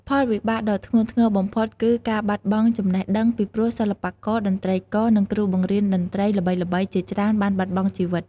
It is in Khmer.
ផលវិបាកដ៏ធ្ងន់ធ្ងរបំផុតគឺ ការបាត់បង់ចំណេះដឹង ពីព្រោះសិល្បករ តន្ត្រីករ និងគ្រូបង្រៀនតន្ត្រីល្បីៗជាច្រើនបានបាត់បង់ជីវិត។